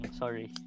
sorry